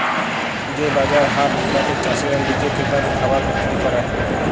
যে বাজার হাট গুলাতে চাসিরা লিজে ক্রেতাদের খাবার বিক্রি ক্যরে